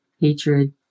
hatred